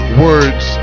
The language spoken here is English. words